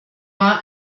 war